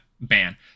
ban